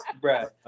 brad